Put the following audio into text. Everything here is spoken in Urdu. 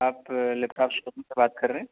آپ لیپ ٹاپ شاپ میں سے بات کر رہے ہیں